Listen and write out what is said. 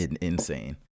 insane